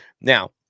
Now